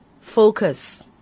focus